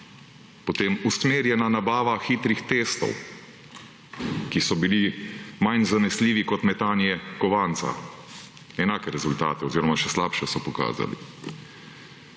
Potem usmerjena nabava hitrih testov, ki so bili manj zanesljivi kot metanje kovanca. Enake rezultate oziroma še slabše so pokazali.